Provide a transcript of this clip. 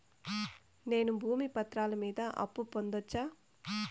నేను భూమి పత్రాల మీద అప్పు పొందొచ్చా?